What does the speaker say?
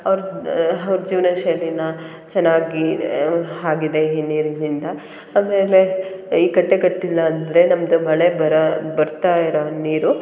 ಅವ್ರ ಜೀವನಶೈಲಿನ ಚೆನ್ನಾಗಿ ಆಗಿದೆ ಈ ನೀರಿನಿಂದ ಆಮೇಲೆ ಈ ಕಟ್ಟೆ ಕಟ್ಟಿಲ್ಲ ಅಂದರೆ ನಮ್ಮದು ಮಳೆ ಬರೋ ಬರ್ತಾ ಇರೋ ನೀರು